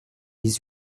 dix